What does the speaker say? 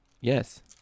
Yes